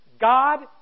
God